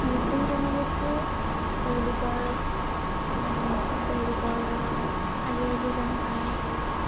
মিচিং জনগোষ্ঠীয়েও তেওঁলোকৰ তেওঁলোকৰ আলি আই লিগাং পালন কৰে